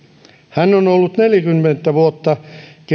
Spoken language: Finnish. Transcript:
hän on ollut neljäkymmentä vuotta